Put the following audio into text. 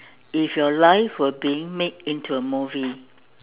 if your life were being made into a movie